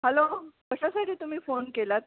hello कशासाठी तुम्ही phone केलात